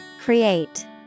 Create